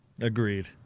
Agreed